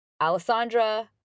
Alessandra